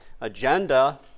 agenda